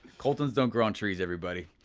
coulton's don't grow on trees, everybody.